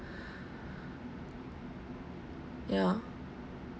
yeah